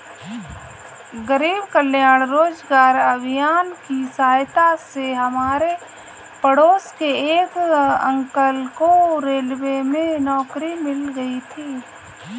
गरीब कल्याण रोजगार अभियान की सहायता से हमारे पड़ोस के एक अंकल को रेलवे में नौकरी मिल गई थी